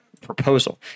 proposal